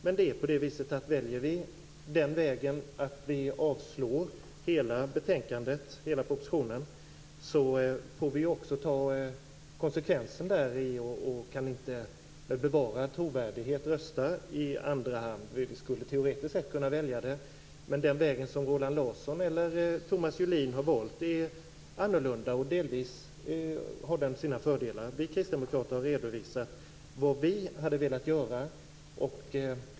Men väljer vi den vägen att vi yrkar avslag på hela betänkandet och propositionen får vi också ta konsekvensen av det och kan inte med bevarad trovärdighet rösta i andra hand. Vi skulle teoretiskt sett kunna välja att göra det. Den väg som Roland Larsson eller Thomas Julin har valt är annorlunda, och delvis har den sina fördelar. Vi kristdemokrater har redovisat vad vi hade velat göra.